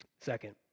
Second